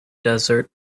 desert